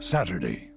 Saturday